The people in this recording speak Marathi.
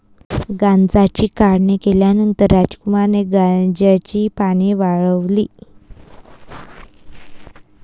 गांजाची काढणी केल्यानंतर रामकुमारने गांजाची पाने वाळवली